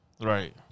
Right